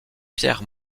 pierre